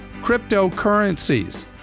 cryptocurrencies